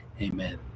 Amen